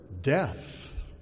death